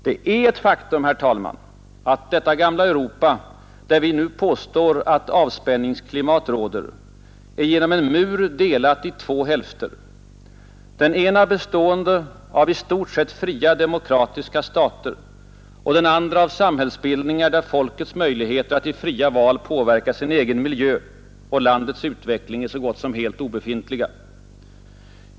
Det är ett faktum, herr talman, att det gamla Europa, där vi nu påstår att avspänningsklimat råder, är genom en mur delat i två hälfter, den ena bestående i stort sett av fria, demokratiska stater och den andra av samhällsbildningar, där folkets möjligheter att i fria val påverka sin egen miljö och landets utveckling är så gott som helt obefintliga.